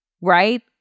right